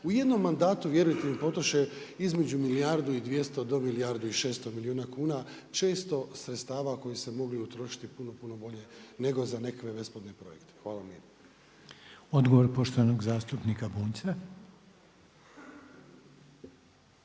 u jednom mandatu vjerujte mi potroše između milijardu i 200 do milijardu i 600 milijuna kuna, često sredstava koji su se mogli utrošiti puno, puno bolje nego za nekakve … projekte. **Reiner, Željko (HDZ)** Odgovor poštovanog zastupnika Bunjca.